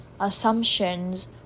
Assumptions